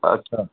अच्छा